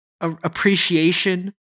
Appreciation